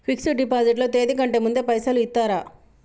Fix డ్ deposit లో తేది కంటే ముందే పైసలు ఇత్తరా?